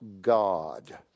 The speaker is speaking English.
God